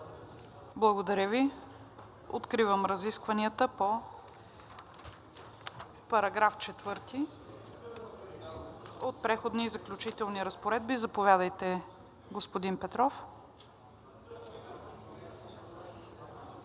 Благодаря Ви. Откривам разискванията по § 4 от „Преходни и заключителни разпоредби“. Заповядайте, господин Петров.